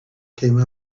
came